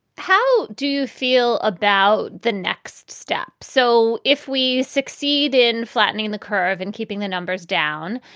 how do you feel about the next step? so if we succeed in flattening and the curve and keeping the numbers down,